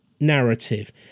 Narrative